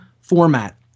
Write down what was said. format